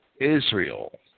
Israel